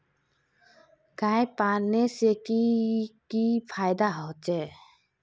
गाय पालने से की की फायदा होचे?